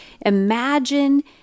Imagine